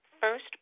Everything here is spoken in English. first